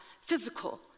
physical